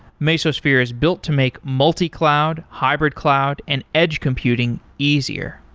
mesosphere is built to make multi-cloud, hybrid-cloud and edge computing easier.